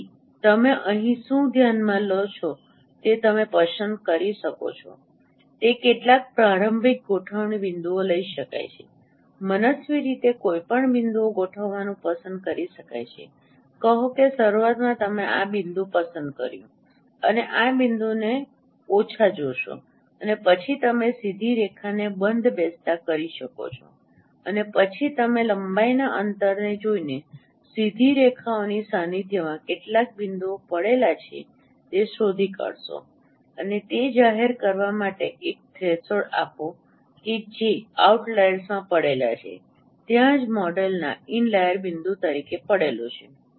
તેથી તમે અહીં શું ધ્યાનમાં લો તે તમે પસંદ કરી શકો છો તે કેટલાક પ્રારંભિક ગોઠવણી બિંદુઓ લઈ શકાય છે મનસ્વી રીતે કોઈપણ બિંદુઓ ગોઠવવાનું પસંદ કરી શકાય છે કહો કે શરૂઆતમાં તમે આ બિંદુ પસંદ કર્યો છે અને આ બિંદુને ઓછા જોશો અને પછી તમે સીધી રેખાને બંધબેસતા કરી શકો છો અને પછી તમે લંબાઈના અંતરને જોઈને સીધી રેખાઓની સાન્નિધ્યમાં કેટલા બિંદુઓ પડેલા છે તે શોધી કાઢશો અને તે જાહેર કરવા માટે એક થ્રેશોલ્ડ આપો કે તે આઉટલાઈરમાં પડેલા છે ત્યાં તે મોડેલના ઇનલાઈર બિંદુ તરીકે પડેલો છે